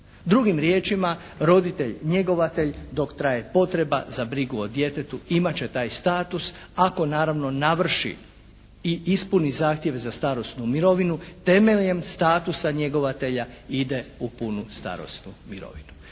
Drugim riječima, roditelj njegovatelj dok traje potreba za brigu o djetetu imat će taj status, ako naravno navrši i ispuni zahtjev za starosnu mirovinu temeljem statusa njegovatelja ide u punu starosnu mirovinu.